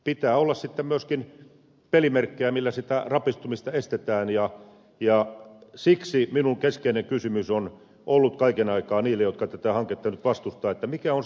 pitää olla sitten myöskin pelimerkkejä millä sitä rapistumista estetään ja siksi minun keskeinen kysymykseni on ollut kaiken aikaa niille jotka tätä hanketta nyt vastustavat että mikä on sitten se vaihtoehto